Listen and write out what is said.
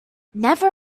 never